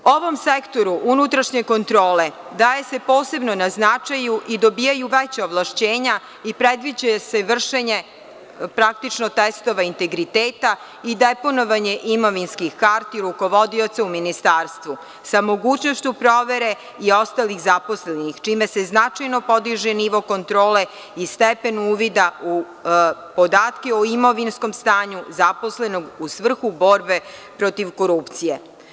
Ovom sektoru unturašnje kontrole daje se posebno na značaju i dobijaju veća ovlašćenja i predviđa se vršenje praktično testova integriteta i deponovanje imovinskih karti rukovodioca u Ministarstvu, sa mogućnošću provere i ostalih zaposlenih, čime se značajno podiže nivo kontrole i stepen uvida u podatke o imovinskom stanju zaposlenog u svrhu borbe protiv korupcije.